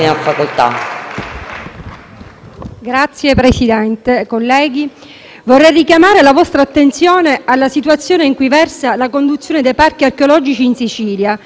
Signor Presidente, colleghi, vorrei richiamare la vostra attenzione sulla situazione in cui versa la condizione dei parchi archeologici in Sicilia e sulle anomalie che vi si annidano,